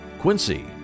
Quincy